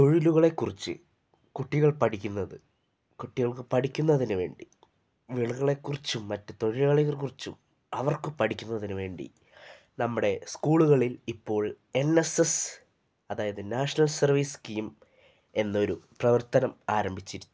തൊഴിലുകളെക്കുറിച്ച് കുട്ടികൾ പഠിക്കുന്നത് കുട്ടികൾക്ക് പഠിക്കുന്നതിനു വേണ്ടി വിളകളെക്കുറിച്ചും മറ്റു തൊഴിലുകളെ കുറിച്ചും അവർക്ക് പഠിക്കുന്നതിനു വേണ്ടി നമ്മുടെ സ്കൂളുകളിൽ ഇപ്പോൾ എൻ എസ് എസ് അതായത് നാഷണൽ സർവ്വീസ് സ്കീം എന്നൊരു പ്രവർത്തനം ആരംഭിച്ചിട്ടുണ്ട്